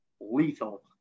lethal